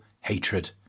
hatred